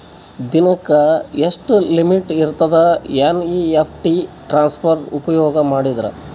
ದಿನಕ್ಕ ಎಷ್ಟ ಲಿಮಿಟ್ ಇರತದ ಎನ್.ಇ.ಎಫ್.ಟಿ ಟ್ರಾನ್ಸಫರ್ ಉಪಯೋಗ ಮಾಡಿದರ?